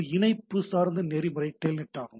ஒரு இணைப்பு சார்ந்த நெறிமுறை டெல்நெட் ஆகும்